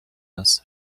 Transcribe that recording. this